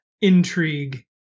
intrigue